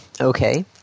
Okay